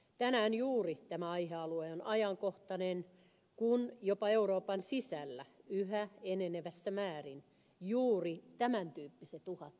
tänään juuri tämä aihealue on ajankohtainen kun jopa euroopan sisällä yhä enenevässä määrin juuri tämän tyyppiset uhat nostavat päätään